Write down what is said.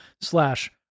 slash